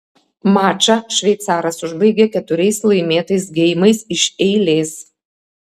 mačą šveicaras užbaigė keturiais laimėtais geimais iš eilės